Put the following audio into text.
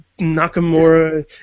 Nakamura